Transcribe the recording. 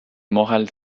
morale